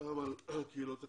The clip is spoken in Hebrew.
גם על הקהילות הקטנות,